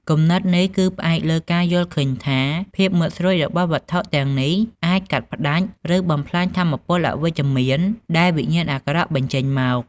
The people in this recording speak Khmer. គំនិតនេះគឺផ្អែកលើការយល់ឃើញថា ភាពមុតស្រួចរបស់វត្ថុទាំងនេះអាចកាត់ផ្តាច់ ឬបំផ្លាញថាមពលអវិជ្ជមានដែលវិញ្ញាណអាក្រក់បញ្ចេញមក។